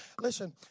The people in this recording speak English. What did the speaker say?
Listen